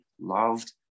loved